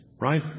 right